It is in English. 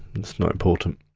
it's not important.